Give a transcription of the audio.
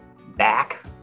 back